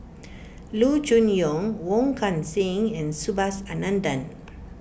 Loo Choon Yong Wong Kan Seng and Subhas Anandan